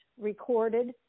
recorded